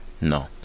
No